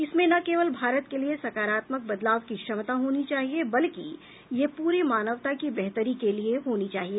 इनमें न केवल भारत के लिए सकारात्मक बदलाव की क्षमता होनी चाहिए बल्कि ये पूरी मानवता की बेहतरी के लिए होने चाहिए